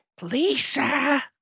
Lisa